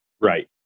Right